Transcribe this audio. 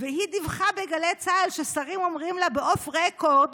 והיא דיווחה בגלי צה"ל ששרים אומרים לה אוף רקורד